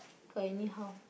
got anyhow